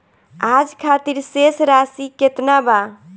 आज खातिर शेष राशि केतना बा?